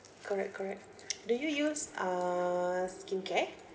correct correct do you use uh skincare